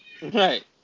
Right